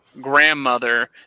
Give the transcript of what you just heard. grandmother